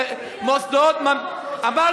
מוסדות, מי לא הוסיף כבוד?